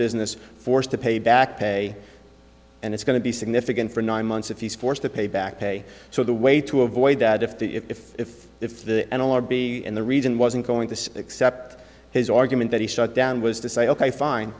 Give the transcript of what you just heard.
business forced to pay back pay and it's going to be significant for nine months if he's forced to pay back pay so the way to avoid that if the if if if if the n l r b and the reason wasn't going to accept his argument that he shut down was to say ok fine